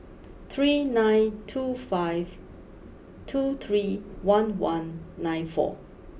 three nine two five two three one one nine four